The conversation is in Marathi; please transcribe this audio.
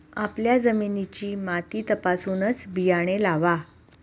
आपल्या जमिनीची माती तपासूनच बियाणे लावा